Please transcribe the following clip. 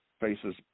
faces